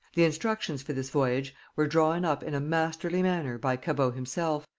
the instructions for this voyage were drawn up in a masterly manner by cabot himself,